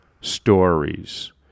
stories